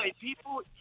People